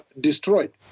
destroyed